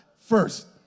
first